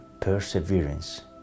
perseverance